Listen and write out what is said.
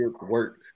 work